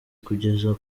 kugeza